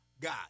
God